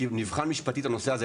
כי נבחן משפטית הנושא הזה.